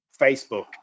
Facebook